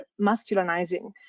masculinizing